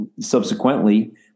subsequently